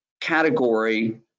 category